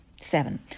Seven